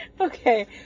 Okay